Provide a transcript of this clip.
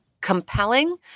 compelling